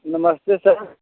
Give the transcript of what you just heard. नमस्ते सर